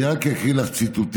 אני רק אקריא לך ציטוטים